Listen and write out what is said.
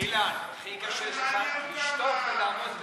אילן, הכי קשה זה לשתוק ולעמוד ביחד.